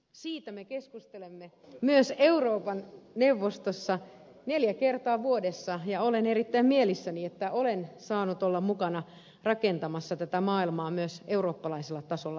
siitä me keskustelemme myös euroopan neuvostossa neljä kertaa vuodessa ja olen erittäin mielissäni että olen saanut olla mukana rakentamassa tätä maailmaa myös eurooppalaisella tasolla paremmaksi